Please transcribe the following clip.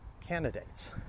candidates